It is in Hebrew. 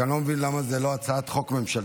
אני רק לא מבין למה זו לא הצעת חוק ממשלתית.